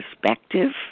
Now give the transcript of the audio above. perspective